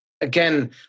again